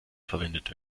verwendet